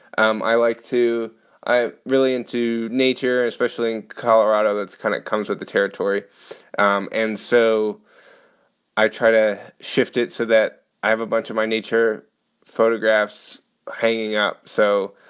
um i like to i'm really into nature, especially in colorado. that's kind of comes with the territory um and so i try to shift it so that i have a bunch of my nature photographs hanging up. so,